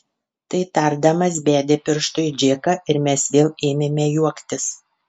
tai tardamas bedė pirštu į džeką ir mes vėl ėmėme juoktis